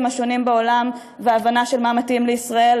השונים בעולם והבנה של מה מתאים לישראל,